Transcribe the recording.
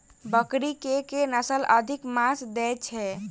बकरी केँ के नस्ल अधिक मांस दैय छैय?